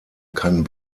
kann